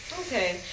Okay